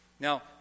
Now